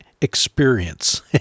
experience